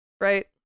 right